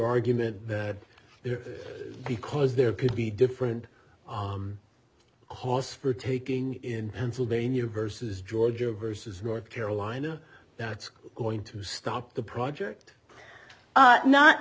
argument that because there could be different costs for taking in pennsylvania versus georgia versus north carolina that's going to stop the project